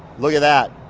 look at that,